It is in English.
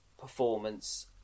performance